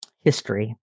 history